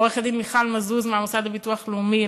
עו"ד מיכל מזוז מהמוסד לביטוח לאומי.